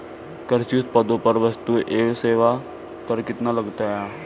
कृषि उत्पादों पर वस्तु एवं सेवा कर कितना लगता है?